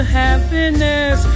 happiness